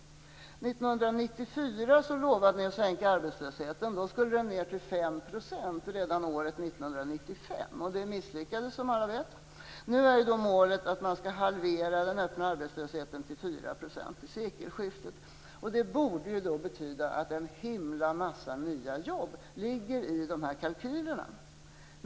År 1994 lovade socialdemokraterna att sänka arbetslösheten. Den skulle ned till 5 % redan år 1995. Det misslyckades som alla vet. Nu är målet att man skall halvera den öppna arbetslösheten till 4 % till sekelskiftet. Det borde betyda att en himla massa nya jobb finns i dessa kalkyler.